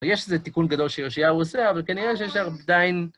ויש איזה תיקון גדול שיאשיהוא עושה, אבל כנראה שיש עדיין...